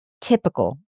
typical